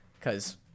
Cause